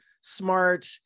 smart